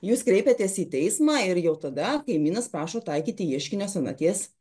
jūs kreipiatės į teismą ir jau tada kaimynas prašo taikyti ieškinio senaties